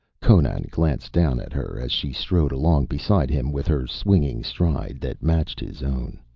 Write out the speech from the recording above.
conan glanced down at her as she strode along beside him with her swinging stride that matched his own.